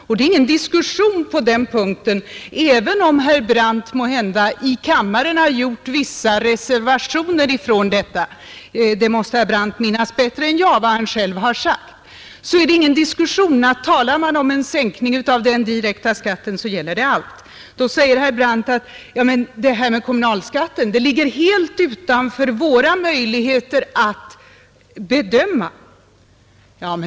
Och även om herr Brandt måhända i kammaren har gjort vissa reservationer när det gäller detta — det måste herr Brandt minnas bättre än jag vad han själv har sagt — så är det ingen diskussion på den punkten, utan talar man om en sänkning av den direkta skatten gäller det allt, och där har i varje fall socialdemokraterna ett ansvar för sina avgivna löften. Men, säger herr Brandt, det här med kommunalskatten ligger helt Nr 97 utanför våra möjligheter att bedöma.